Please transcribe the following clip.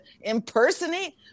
impersonate